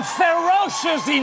ferocious